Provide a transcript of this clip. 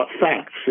facts